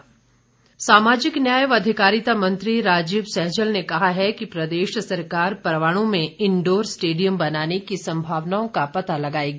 सहजल सामाजिक न्याय व अधिकारिता मंत्री राजीव सैजल ने कहा है कि प्रदेश सरकार परवाणु में इंडोर स्टेडियम बनाने की संभावनाओं का पता लगाएगी